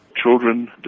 Children